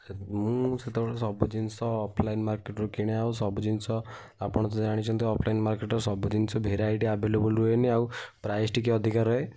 ମୁଁ ସେତେବେଳେ ସବୁ ଜିନିଷ ଅଫଲାଇନ୍ ମାର୍କେଟ୍ରୁ କିଣେ ଆଉ ସବୁ ଜିନିଷ ଆପଣ ତ ଜାଣିଛନ୍ତି ଅଫଲାଇନ୍ ମାର୍କେଟ୍ରେ ସବୁ ଜିନିଷ ଭେରାଇଟି ଆଭେଲେବଲ୍ ରୁହେନି ଆଉ ପ୍ରାଇସ୍ ଟିକେ ଅଧିକା ରହେ